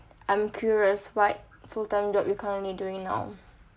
I'm curious what full time job you currently doing now